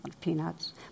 peanuts